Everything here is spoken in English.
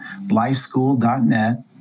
lifeschool.net